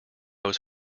was